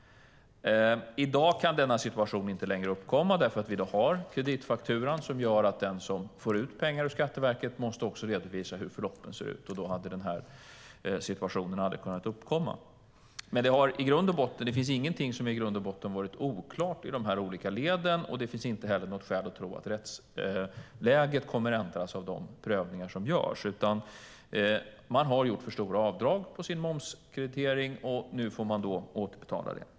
I dag kan denna situation inte längre uppkomma, för vi har kreditfakturan som innebär att den som får ut pengar från Skatteverket också måste redovisa hur förloppen ser ut. Då skulle den här situationen aldrig ha kunnat uppkomma. Men det är i grund och botten ingenting som har varit oklart i de olika leden, och det finns inte heller något skäl att tro att rättsläget kommer att ändras genom de prövningar som görs. Man har gjort för stora avdrag på sin momskreditering, och nu får man återbetala det.